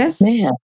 man